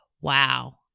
Wow